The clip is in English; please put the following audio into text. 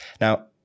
now